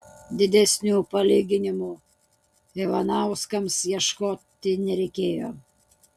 didesnių palyginimų ivanauskams ieškoti nereikėjo